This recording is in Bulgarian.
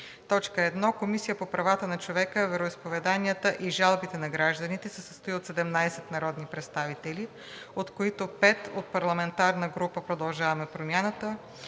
РЕШИ: 1. Комисията по правата на човека, вероизповеданията и жалбите на гражданите се състои от 17 народни представители, от които: 5 от парламентарната група на „Продължаваме Промяната“,